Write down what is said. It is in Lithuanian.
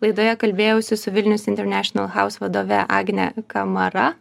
laidoje kalbėjausi su vilnius international house vadove agne kamara